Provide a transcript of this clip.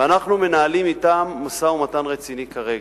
ואנחנו מנהלים אתם משא-ומתן רציני כרגע.